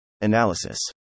Analysis